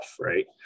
right